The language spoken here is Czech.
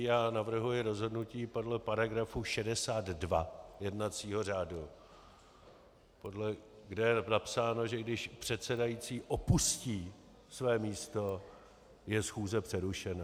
Já navrhuji rozhodnutí podle § 62 jednacího řádu, kde je napsáno, že když předsedající opustí své místo, je schůze přerušena.